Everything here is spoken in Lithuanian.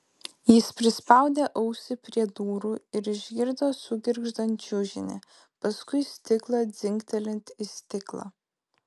jis prispaudė ausį prie durų ir išgirdo sugirgždant čiužinį paskui stiklą dzingtelint į stiklą